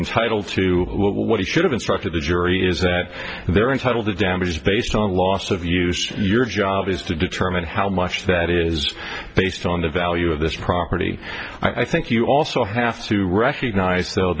entitled to what he should have instructed the jury is that they're entitled to damages based on loss of use your job is to determine how much that is based on the value of this property i think you also have to recognize though